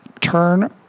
turn